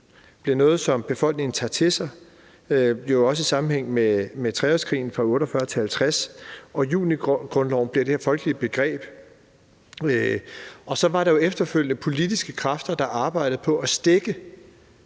Det bliver noget, som befolkningen tager til sig – også i sammenhæng med treårskrigen fra 1848-1850 – og junigrundloven bliver det her folkelige begreb. Og så var der jo efterfølgende politiske kræfter, der arbejdede på at stække